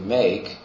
make